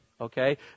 Okay